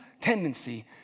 tendency